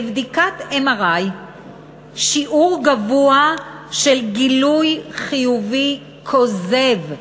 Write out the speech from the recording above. לבדיקת MRI שיעור גבוה של גילוי חיובי כוזב,